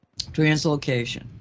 Translocation